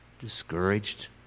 discouraged